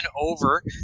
over